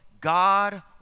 God